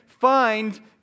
find